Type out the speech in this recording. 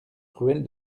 ruelle